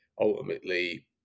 ultimately